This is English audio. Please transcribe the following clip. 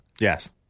Yes